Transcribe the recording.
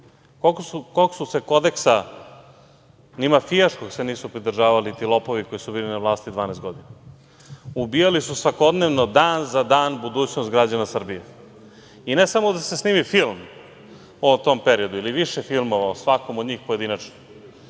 Kog su se kodeksa, ni mafijaškog se nisu pridržavali, ti lopovi koji su bili na vlasti 12 godina. Ubijali su svakodnevno, dan za dan, budućnost građana Srbije. I ne samo da se snimi film o tom periodu ili više filmova, o svakom od njih pojedinačno,